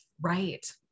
right